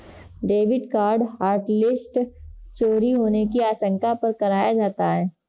debit card hotlist चोरी होने की आशंका पर कराया जाता है